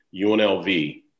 UNLV